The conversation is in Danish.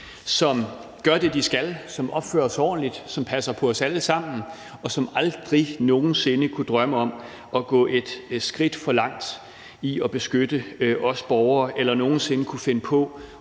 som gør det, de skal, som opfører sig ordentligt, som passer på os alle sammen, og som aldrig nogensinde kunne drømme om at gå et skridt for langt, når det kommer til at beskytte os borgere, eller nogensinde kunne finde på